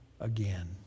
again